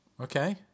Okay